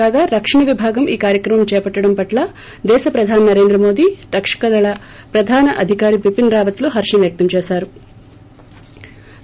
కాగా రక్షణ వీభాగం ఈ కార్యక్రమం చేపట్లడం పట్ల దేశ ప్రధాని నరేంద్ర మోడి రక్షణ దళ ప్రధాన అధికారి బిపిస్ రావత్ లు హర్గం వ్వక్తం చేశారు